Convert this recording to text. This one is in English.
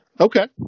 Okay